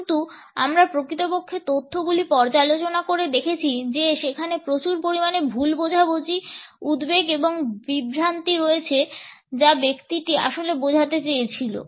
কিন্তু আমরা প্রকৃতপক্ষে তথ্যগুলি পর্যালোচনা করে দেখেছি যে সেখানে প্রচুর পরিমাণে ভুল বোঝাবুঝি উদ্বেগ এবং বিভ্রান্তি রয়েছে যা সেই ব্যক্তিটি আসলে বোঝাতে চেয়েছিল